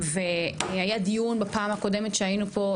היה דיון בפעם הקודמת שהיינו פה,